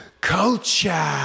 culture